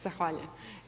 Zahvaljujem.